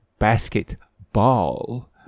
Basketball